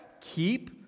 Keep